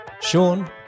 Sean